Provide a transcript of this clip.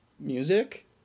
music